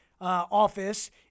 office